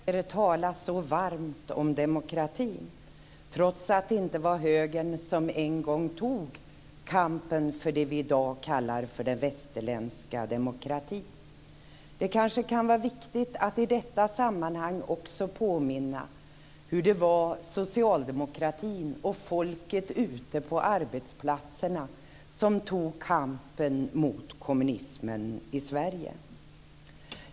Fru talman! Det känns varmt och gott att höra dagens höger tala så varmt om demokratin trots att det inte var högern som en gång tog kampen för det vi i dag kallar för den västerländska demokratin. Det kanske kan vara viktigt att i detta sammanhang också påminna om att det var socialdemokratin och folket ute på arbetsplatserna som tog kampen mot kommunismen i Sverige.